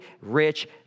rich